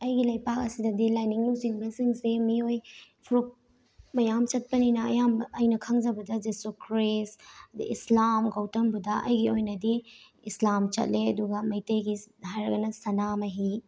ꯑꯩꯒꯤ ꯂꯩꯄꯥꯛ ꯑꯁꯤꯗꯗꯤ ꯂꯥꯏꯅꯤꯡ ꯂꯨꯆꯤꯡꯕꯁꯤꯡꯁꯦ ꯃꯤꯑꯣꯏ ꯐꯨꯔꯨꯞ ꯃꯌꯥꯝ ꯆꯠꯄꯅꯤꯅ ꯑꯌꯥꯝꯕ ꯑꯩꯅ ꯈꯪꯖꯕꯗ ꯖꯤꯁꯨ ꯈ꯭ꯔꯤꯁ ꯑꯗꯩ ꯏꯁꯂꯥꯝ ꯒꯧꯇꯝ ꯕꯨꯙ ꯑꯩꯒꯤ ꯑꯣꯏꯅꯗꯤ ꯏꯁꯂꯥꯝ ꯆꯠꯂꯦ ꯑꯗꯨꯒ ꯃꯩꯇꯩꯒꯤ ꯍꯥꯏꯔꯒꯅ ꯁꯅꯥꯃꯍꯤ